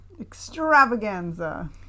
Extravaganza